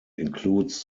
includes